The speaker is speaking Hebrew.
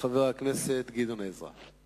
חבר הכנסת גדעון עזרא.